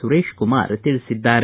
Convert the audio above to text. ಸುರೇಶ್ ಕುಮಾರ್ ತಿಳಿಸಿದ್ದಾರೆ